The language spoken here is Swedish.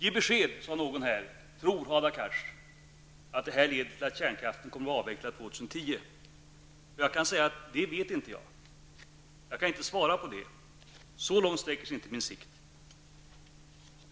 Ge besked, sade någon här: Tror Hadar Cars att det här leder till att kärnkraften kommer att vara avvecklad år 2010? Det vet jag inte. Jag kan inte svara på det. Så långt sträcker sig inte min sikt.